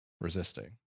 resisting